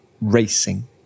racing